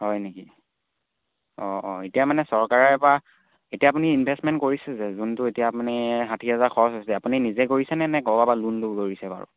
হয় নেকি অঁ অঁ এতিয়া মানে চৰকাৰে বা এতিয়া আপুনি ইনভেষ্টমেণ্ট কৰিছে যে আপুনিটো এতিয়া আপুনি মানে ষাঠি হেজাৰ খৰচ হৈছে আপুনি নিজে কৰিছে নে ক'ৰবৰপৰা লোন লৈ কৰিছে বাৰু